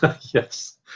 Yes